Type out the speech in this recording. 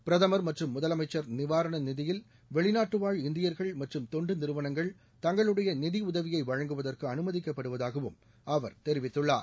பிரதமர் மற்றும் முதலமைச்சர் நிவாரண நிதியில் வெளிநாட்டு வாழ் இந்தியர்கள் மற்றும் தொண்டு நிறுவனங்கள் தங்களுடைய நிதியுதவியை வழங்குவதற்கு அனுமதிக்கப்படுவதாகவும் அவர் தெரிவித்துள்ளார்